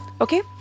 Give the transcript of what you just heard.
Okay